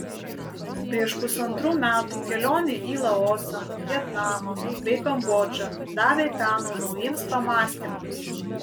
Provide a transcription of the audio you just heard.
prieš pusantrų metų kelionė į laosą vietnamą bei kambodžą davė peno naujiems pamąstymams